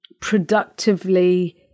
productively